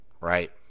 right